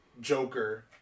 Joker